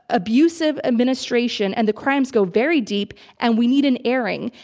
abusive administration and the crimes go very deep, and we need an airing.